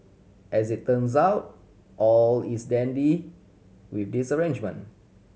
as it turns out all is dandy with this arrangement